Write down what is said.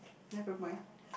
never mind